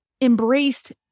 embraced